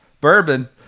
bourbon